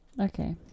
Okay